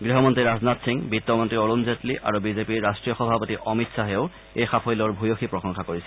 গৃহমন্ত্ৰী ৰাজনাথ সিং বিত্তমন্ত্ৰী অৰুণ জেটলি আৰু বিজেপিৰ ৰাষ্ট্ৰীয় সভাপতি অমিত শ্বাহেও এই সাফল্যৰ ভূয়সী প্ৰশংসা কৰিছে